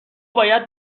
باید